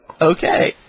Okay